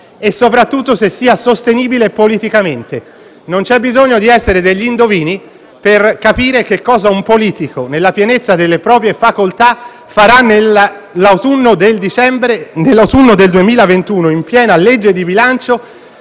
e soprattutto se sia sostenibile politicamente. Non c'è bisogno di essere degli indovini per capire che cosa un politico, nella pienezza delle proprie facoltà, farà nell'autunno del 2021, in piena legge di bilancio,